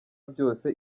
byose